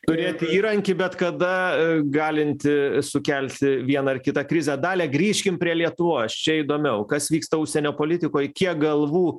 turėti įrankį bet kada galintį sukelti vieną ar kitą krizę dalia grįžkim prie lietuvos čia įdomiau kas vyksta užsienio politikoj kiek galvų